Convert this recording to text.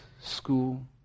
school